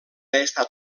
estat